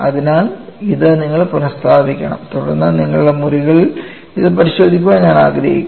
അതിനാൽ ഇത് നിങ്ങൾ പുനസ്ഥാപിക്കണം തുടർന്ന് നിങ്ങളുടെ മുറികളിൽ ഇത് പരിശോധിക്കാൻ ഞാൻ ആഗ്രഹിക്കുന്നു